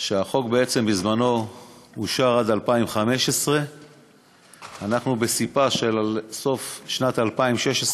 שבעצם החוק בזמנו אושר עד 2015. אנחנו בסוף שנת 2016,